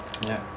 ya